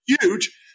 huge